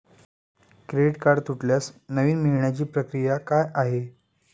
Credit card तुटल्यास नवीन मिळवण्याची प्रक्रिया काय आहे?